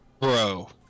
bro